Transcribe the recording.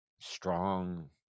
strong